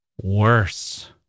worse